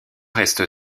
reste